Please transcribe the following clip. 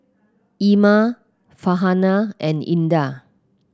Iman Farhanah and Indah